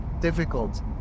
difficult